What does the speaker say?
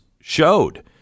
showed